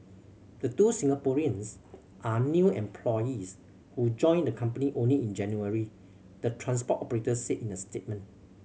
the two Singaporeans are new employees who joined the company only in January the transport operator said in a statement